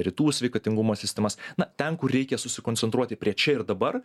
rytų sveikatingumo sistemas na ten kur reikia susikoncentruoti prie čia ir dabar